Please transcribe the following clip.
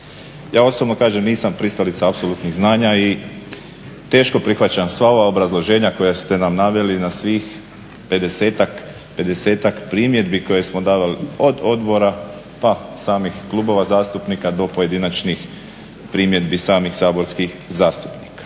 Ja osobno nisam pristalica apsolutnih znanja i teško prihvaćam sva ova obrazloženja koja ste nam naveli na svih pedesetak primjedbi koje smo davali od odbora, pa samih klubova zastupnika, do pojedinačnih primjedbi samih saborskih zastupnika.